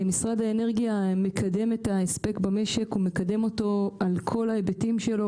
משרד האנרגיה מקדם את ההספק במשק על כל ההיבטים שלו.